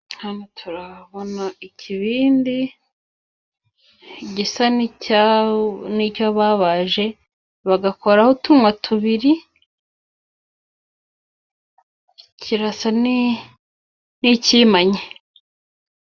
Hano turabona ikibindi gisa n'icyo babaje bagakoraho utunwa tubiri , kirasa n'ikimanyi.